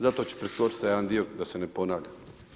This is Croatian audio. Zato ću preskočiti sad jedan dio da se ne ponavljam.